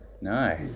No